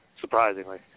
surprisingly